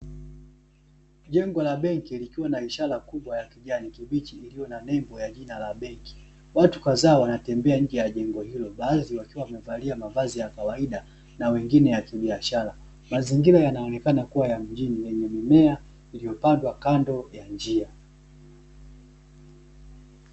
Jengo la benki lilikuwa na ishara kubwa ya kijani kibichi iliyo na nembo ya jina la benki. Watu kazaa wanatembea nje ya jengo hilo, baadhi wakiwa wamevalia mavazi ya kawaida na wengine ya kibiashara. Mazingira yanaonekana kuwa ya mjini yenye mimea iliyopandwa kando ya njia.